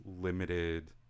limited